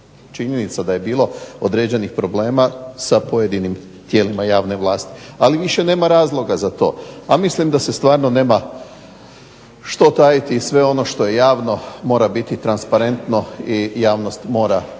činjenica je da je bilo određenih problema sa pojedinim tijelima javne vlasti, ali više nema razloga za to. A mislim da se stvarno nema što tajiti i sve ono što je javno mora biti transparentno i javnost mora